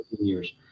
years